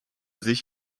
sich